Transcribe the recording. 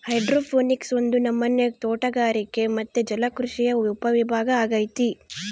hydroponics ಒಂದು ನಮನೆ ತೋಟಗಾರಿಕೆ ಮತ್ತೆ ಜಲಕೃಷಿಯ ಉಪವಿಭಾಗ ಅಗೈತೆ